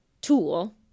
tool